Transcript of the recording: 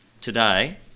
today